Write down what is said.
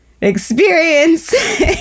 experience